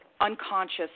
unconscious